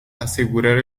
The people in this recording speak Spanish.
asegurar